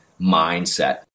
mindset